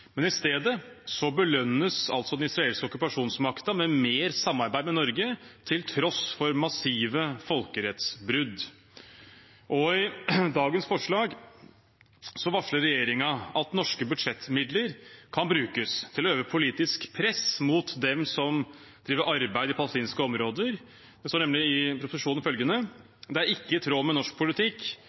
I stedet belønnes altså den israelske okkupasjonsmakten med mer samarbeid med Norge til tross for massive folkerettsbrudd. I dagens forslag varsler regjeringen at norske budsjettmidler kan brukes til å øve politisk press mot dem som driver arbeid i palestinske områder. Det står nemlig i proposisjonen følgende: «Det er ikke i tråd med norsk politikk